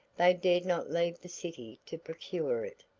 they dared not leave the city to procure it.